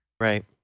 Right